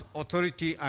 authority